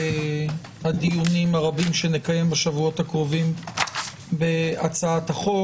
הדיונים הרבים שנקיים בשבועות הקרובים בהצעת החוק.